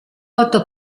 otto